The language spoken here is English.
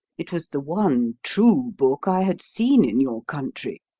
it was the one true book i had seen in your country.